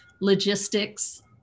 logistics